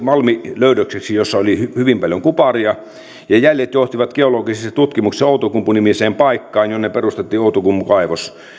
malmilöydökseksi jossa oli hyvin paljon kuparia ja jäljet johtivat geologisissa tutkimuksissa outokumpu nimiseen paikkaan jonne perustettiin outokummun kaivos